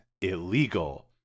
illegal